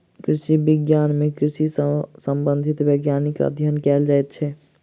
कृषि विज्ञान मे कृषि सॅ संबंधित वैज्ञानिक अध्ययन कयल जाइत छै